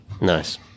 nice